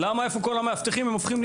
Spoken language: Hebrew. איפה היו המאבטחים?